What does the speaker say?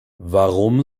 warum